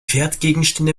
wertgegenstände